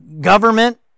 government